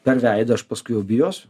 per veidą aš paskui jau bijosiu